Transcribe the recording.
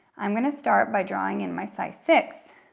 i'm gonna start by drawing in my size six.